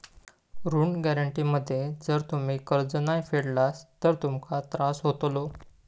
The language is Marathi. ऋण गॅरेंटी मध्ये जर तुम्ही कर्ज नाय फेडलास तर तुमका त्रास होतलो